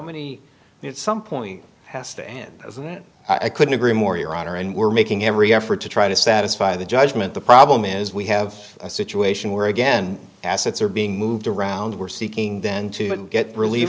need some point has to end of that i couldn't agree more your honor and we're making every effort to try to satisfy the judgment the problem is we have a situation where again assets are being moved around we're seeking then to get relief